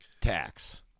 tax